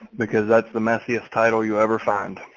because that's the messiest title you ever find.